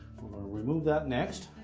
remove that next.